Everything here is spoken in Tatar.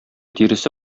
тиресе